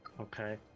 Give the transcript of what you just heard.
Okay